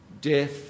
death